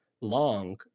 long